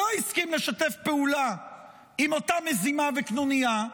שלא הסכים לשתף פעולה עם אותה מזימה וקנוניה,